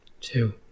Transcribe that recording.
Two